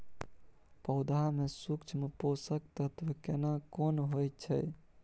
पौधा में सूक्ष्म पोषक तत्व केना कोन होय छै?